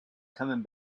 coming